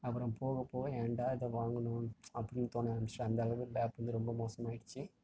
அப்பறம் போக போக ஏன்டா இதை வாங்கினோம் அப்படின் தோண ஆரம்மிச்சிட்டு அந்தளவுக்கு லேப் வந்து ரொம்ப மோசமாகிடுச்சி